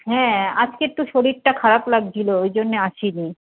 হ্যাঁ আজকে একটু শরীরটা খারাপ লাগছিলো ঐজন্যে আসি নি